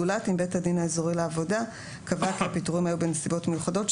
זולת אם בית הדין האזורי לעבודה קבע כי הפיטורים היו בנסיבות מיוחדות,